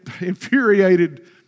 infuriated